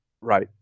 Right